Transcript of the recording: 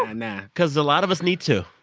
um nah. because a lot of us need to.